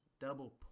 Double